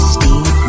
Steve